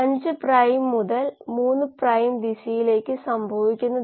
പിന്നെ ഒരു കാര്യം കൂടി ഞാൻ ഈ പ്രബന്ധത്തിൽ ചൂണ്ടിക്കാണിക്കുന്നു